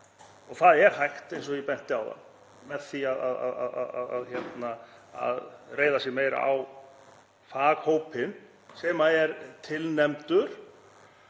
Það er hægt, eins og ég benti á áðan, með því að reiða sig meira á faghópinn sem er tilnefndur